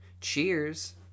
cheers